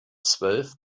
zwölf